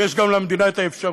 ויש גם למדינה את האפשרות,